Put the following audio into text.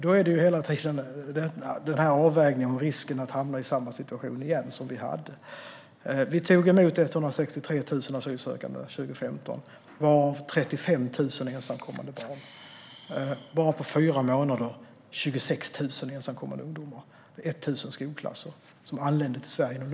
Detta handlar hela tiden om en avvägning gällande risken att återigen hamna i samma situation som vi hade. Vi tog emot 163 000 asylsökande 2015, varav 35 000 ensamkommande barn. Bara under loppet av fyra månader anlände 26 000 ensamkommande ungdomar - 1 000 skolklasser - till Sverige.